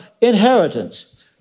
inheritance